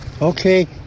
Okay